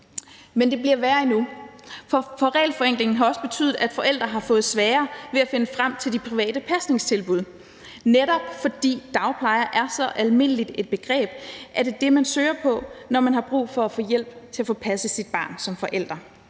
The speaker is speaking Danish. Men det bliver værre endnu, for regelforenklingen har også betydet, at forældre har fået sværere ved at finde frem til de private pasningstilbud, netop fordi dagplejer er så almindeligt et begreb, at det er det, man søger på, når man som forældre har brug for at få hjælp til at få passet sit barn – og det